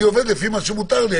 אני עובד לפי מה שמותר לי.